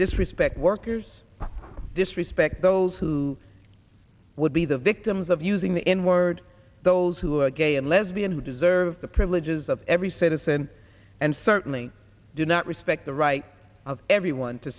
this respect those who would be the victims of using the n word those who are gay and lesbian who deserve the privileges of every citizen and certainly do not respect the right of everyone to